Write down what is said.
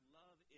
love